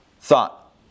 thought